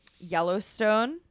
Yellowstone